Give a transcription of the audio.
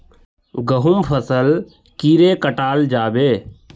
गहुम फसल कीड़े कटाल जाबे?